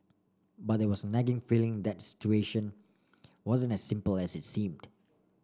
but there was nagging feeling that situation wasn't as simple as it seemed